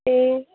ए